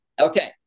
Okay